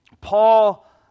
Paul